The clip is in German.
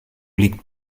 liegt